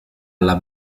alla